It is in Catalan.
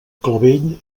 clavell